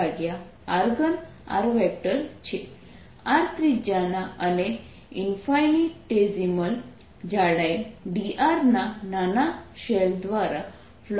R ત્રિજ્યાના અને infinitesimal જાડાઈ dR ના નાના શેલ દ્વારા ફ્લક્સ